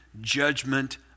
judgment